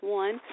one